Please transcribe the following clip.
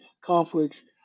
conflicts